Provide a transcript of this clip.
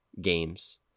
games